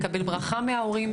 לקבל ברכה מההורים.